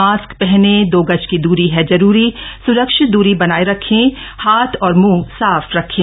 mask पहने दो गज की दूरी है जरूरी सुरक्षित दूरी बनाए रखें हाथ और मुह साफ रखें